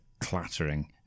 clattering